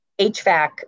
HVAC